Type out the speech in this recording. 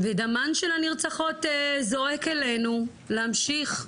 דמן של הנרצחות זועק אלינו להמשיך